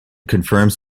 confirms